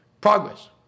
progress